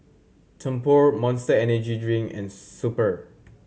Tempur Monster Energy Drink and Super